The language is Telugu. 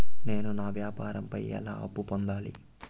నేను నా వ్యాపారం పై ఎలా అప్పు పొందాలి?